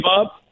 up